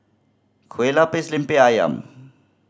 Kueh Lapis Lemper Ayam